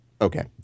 Okay